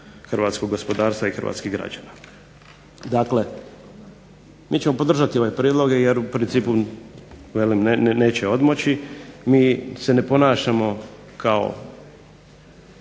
hrvatskog gospodarstva i hrvatskih građana. Dakle mi ćemo podržati ove prijedloge jer u principu velim neće odmoći, mi se ne ponašamo kao